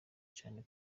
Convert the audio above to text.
cyane